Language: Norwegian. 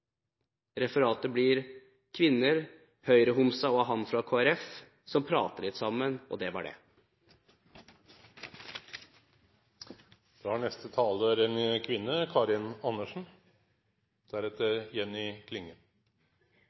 referatet blir: Kvinner, en Høyre-homse og han fra Kristelig Folkeparti prater litt sammen – og det var det.